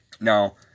Now